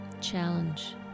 Challenge